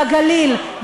בגליל,